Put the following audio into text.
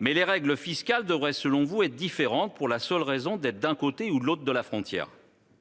Mais les règles fiscales devraient, selon vous, être différentes selon qu'on est d'un côté ou de l'autre de la frontière.